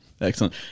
excellent